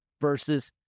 versus